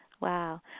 Wow